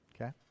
okay